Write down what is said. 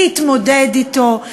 להתמודד אתו,